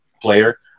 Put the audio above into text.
player